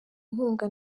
inkunga